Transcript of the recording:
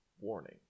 Warning